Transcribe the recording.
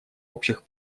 общих